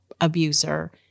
abuser